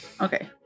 Okay